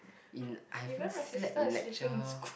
in I haven't slept in lecture